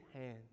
hands